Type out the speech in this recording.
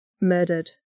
murdered